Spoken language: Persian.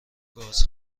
گاز